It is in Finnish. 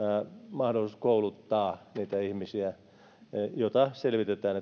mahdollisuus kouluttaa niitä ihmisiä sitä selvitetään